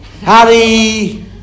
Harry